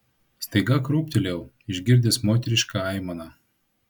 staiga krūptelėjau išgirdęs moterišką aimaną